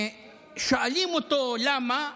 שואלים אותו: למה?